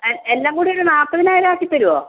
എല്ലാം കൂടി ഒരു നാല്പതിനായിരം ആക്കിത്തരുമോ